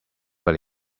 but